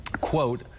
quote